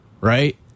right